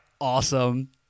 Awesome